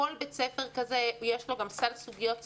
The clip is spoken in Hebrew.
כל בית-ספר כזה, יש לו גם סל סוגיות ספציפיות.